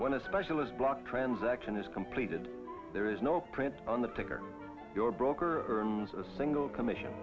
when a specialist block transaction is completed there is no print on the ticker your broker earns a single commission